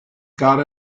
got